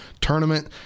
tournament